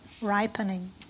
ripening